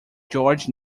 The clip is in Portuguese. george